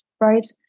right